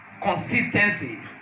consistency